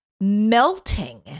melting